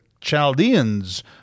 Chaldeans